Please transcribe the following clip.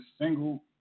single